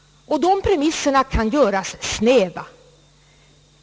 Dessa premisser kan gö ras snäva.